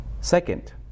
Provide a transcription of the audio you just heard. Second